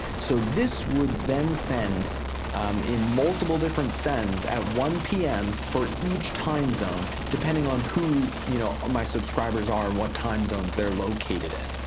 so this would then send in multiple different sends at one pm for each time zone depending on who, you know, ah my subscribers are, and what time zones they're located in.